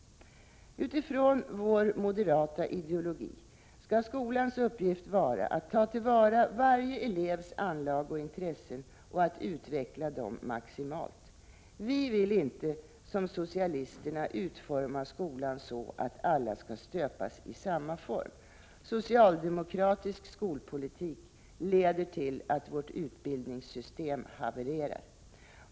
Utifrån vår moderata ideologi skall skolans uppgift vara att ta till vara varje elevs anlag och intressen och att utveckla dem maximalt. Vi vill inte som socialisterna utforma skolan så, att alla skall stöpas i samma form. Socialdemokratisk skolpolitik leder till att vårt utbildningssystem havererar.